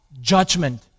judgment